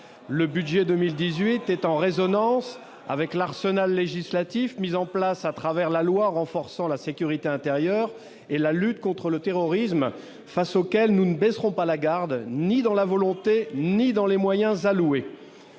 le budget 2018 est en résonance avec l'arsenal législatif mis en place à travers la loi renforçant la sécurité intérieure et la lutte contre le terrorisme, face auxquelles nous ne baisserons pas la garde, ni dans la volonté, ni dans les moyens alloués